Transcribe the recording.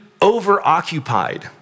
overoccupied